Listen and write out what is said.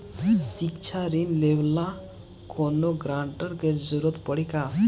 शिक्षा ऋण लेवेला कौनों गारंटर के जरुरत पड़ी का?